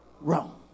wrong